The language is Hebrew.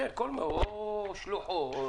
או שלוחו.